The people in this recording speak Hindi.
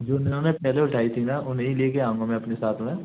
जो उन्होंने पहले उठाई थी न उन्हें ही लेके आऊँगा मैं अपने साथ में